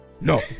No